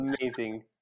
amazing